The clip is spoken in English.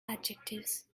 adjectives